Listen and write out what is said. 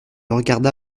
regarda